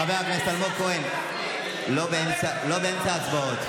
חבר הכנסת אלמוג כהן, לא באמצע ההצבעות.